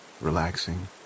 relaxing